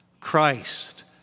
Christ